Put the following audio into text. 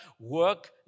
work